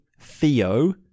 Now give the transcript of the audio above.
theo